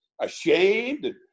ashamed